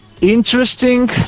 interesting